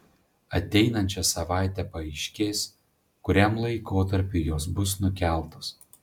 ateinančią savaitę paaiškės kuriam laikotarpiui jos bus nukeltos